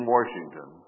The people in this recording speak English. Washington